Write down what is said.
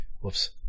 whoops